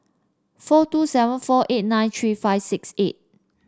four two seven four eight nine three five six eight